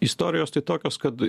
istorijos tai tokios kad